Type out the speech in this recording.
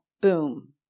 Boom